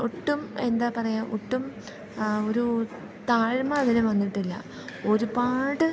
ഒട്ടും എന്താ പറയുക ഒട്ടും ഒരു താഴ്മ അതിനു വന്നിട്ടില്ല ഒരുപാട്